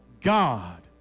God